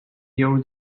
your